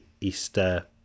easter